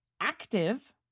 active